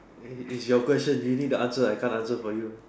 eh is your question you need to answer I can't answer for you